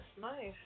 Nice